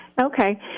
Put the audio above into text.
Okay